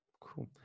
Cool